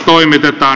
toimitetaan